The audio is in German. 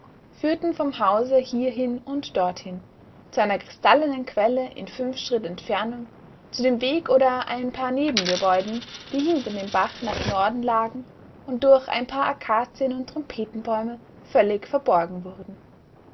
führten vom hause hierhin und dorthin zu einer kristallenen quelle in fünf schritt entfernung zu dem weg oder ein paar nebengebäuden die hinter dem bach nach norden lagen und durch ein paar akazien und trompetenbäume völlig verborgen wurden